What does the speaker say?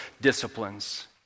disciplines